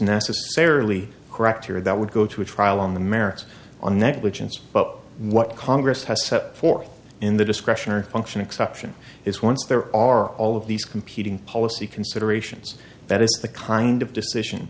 necessarily correct here that would go to a trial on the merits on negligence but what congress has set forth in the discretionary function exception is once there are all of these competing policy considerations that is the kind of decision